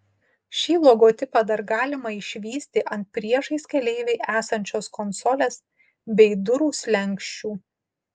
šį logotipą dar galima išvysti ant priešais keleivį esančios konsolės bei durų slenksčių